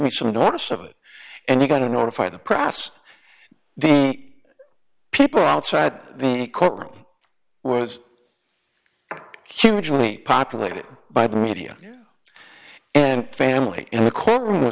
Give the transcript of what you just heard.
me some notice of it and you got to notify the press the people outside the courtroom was hugely populated by the media and family in the courtroom